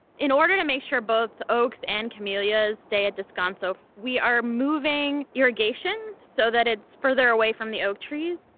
in order to make sure both the oaks and camellias stay at descanso, we are moving irrigation so that it's further away from the oak trees.